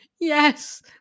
Yes